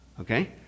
okay